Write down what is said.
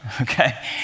Okay